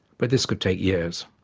but this could take years.